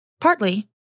Partly